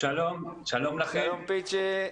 שלום פיצ'י.